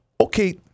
okay